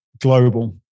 global